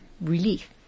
relief